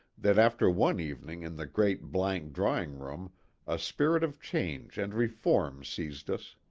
that after one evening in the great blank draw ing-room a spirit of change and reform seized us.